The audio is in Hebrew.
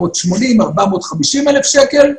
450,000 שקל,